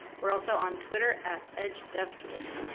we're also on twitter at edge devtools.